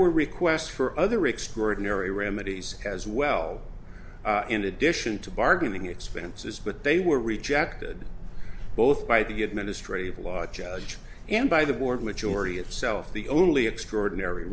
were requests for other extraordinary remedies as well in addition to bargaining expenses but they were rejected both by the administrative law judge and by the board majority itself the only extraordinary